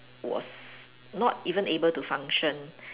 was not even able to function